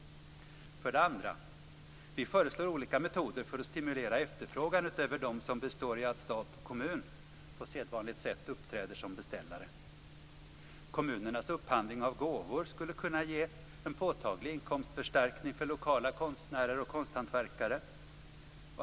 För det andra: Vi föreslår olika metoder för att stimulera efterfrågan, utöver de som består i att stat och kommun på sedvanligt sätt uppträder som beställare. Kommunernas upphandling av gåvor skulle kunna ge en påtaglig inkomstförstärkning för lokala konstnärer och konsthantverkare.